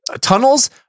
tunnels